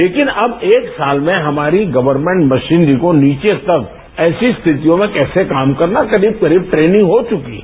लेकिन अब एक साल में हमारी गवर्नभेंट मशीनरी को नीचे तक ेऐसी स्थितियों में कैसे काम करना करीब करीब ट्रेनिंग हो चुकी है